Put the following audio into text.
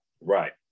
Right